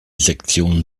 sektionen